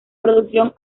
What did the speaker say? producción